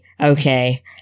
okay